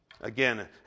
Again